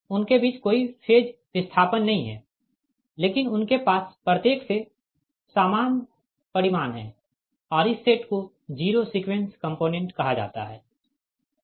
उनके बीच कोई फेज विस्थापन नहीं है लेकिन उनके पास प्रत्येक से सामान परिमाण है और इस सेट को जीरो सीक्वेंस कंपोनेंट्स कहा जाता है